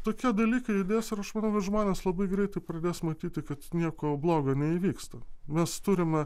tokie dalykai judės ir aš manau kad žmonės labai greitai pradės matyti kad nieko blogo neįvyksta nes turima